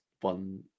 one